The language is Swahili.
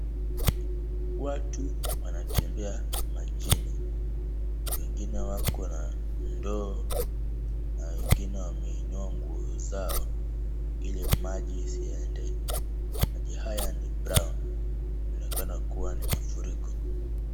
Watu wanatembea majini. Wengine wakona ndoo na wengine wameinua nguo zao ili maji isiende. Maji haya ni brown . Inaonekana kuwa ni mafuriko.